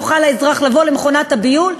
יוכל האזרח לבוא למכונת הביול,